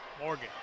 Morgan